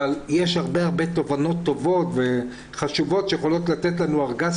אבל יש הרבה תובנות טובות וחשובות שיכולות לתת לנו ארגז